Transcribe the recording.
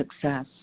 success